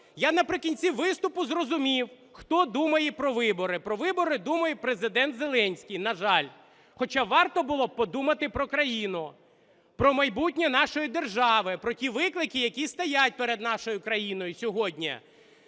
я наприкінці виступу зрозумів, хто думає про вибори. Про вибори думає Президент Зеленський, на жаль, хоча варто було б подумати про країну, про майбутнє нашої держави, про ті виклики, які стоять перед нашою країною сьогодні